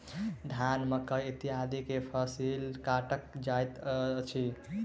धान, मकई इत्यादि के फसिल काटल जाइत अछि